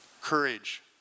courage